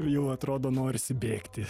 jau atrodo norisi bėgti